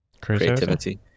creativity